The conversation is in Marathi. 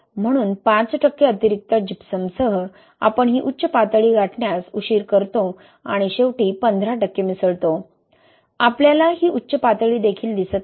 म्हणून 5 टक्के अतिरिक्त जिप्समसह आपण ही उच्च पातळी गाठण्यास उशीर करतो आणि शेवटी 15 टक्के मिसळतो आपल्याला ही उच्च पातळी देखील दिसत नाही